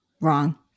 Wrong